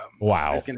Wow